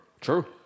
true